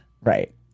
Right